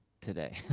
today